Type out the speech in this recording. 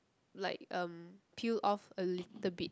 like um peel off a little bit